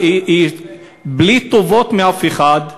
בלי טובות מאף אחד.